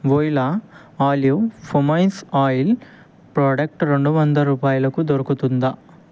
voila olive pomace oil product రెండు వందల రూపాయలకు దొరుకుతుందా